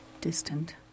distant